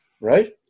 Right